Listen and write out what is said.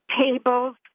tables